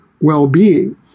well-being